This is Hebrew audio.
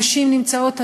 נשים באמת נמצאות היום,